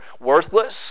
worthless